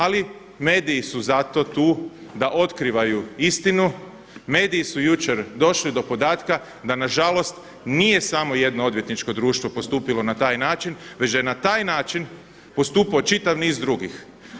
Ali mediji su zato tu da otkrivaju istinu, mediji su jučer došli do podatka da na žalost nije samo jedno odvjetničko društvo postupilo na taj način već da je na taj način postupao čitav niz drugih.